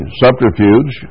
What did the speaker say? subterfuge